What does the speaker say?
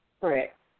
Correct